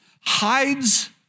hides